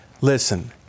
Listen